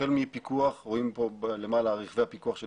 החל מפיקוח, רואים פה למעלה את רכבי הפיקוח של